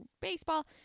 baseball